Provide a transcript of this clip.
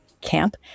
camp